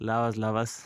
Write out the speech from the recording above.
labas labas